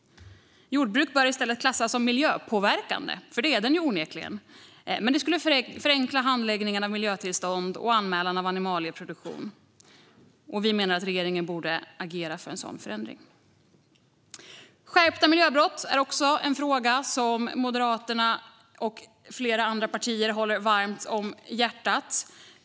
Jordbruk bör i stället klassas som miljöpåverkande, för det är det onekligen. Det skulle förenkla handläggningen av miljötillstånd och anmälan av animalieproduktion. Vi menar att regeringen borde agera för en sådan förändring. Skärpta straff för miljöbrott är också en fråga som ligger Moderaterna och flera andra partier varmt om hjärtat.